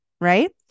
right